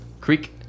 Creek